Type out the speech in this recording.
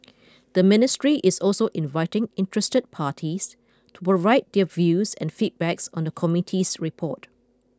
the ministry is also inviting interested parties to provide their views and feedbacks on the committee's report